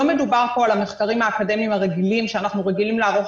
לא מדובר פה על המחקרים האקדמיים הרגילים שאנחנו רגילים לערוך